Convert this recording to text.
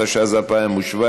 התשע"ז 2017,